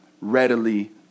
readily